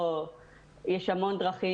יש המון דרכים,